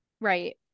Right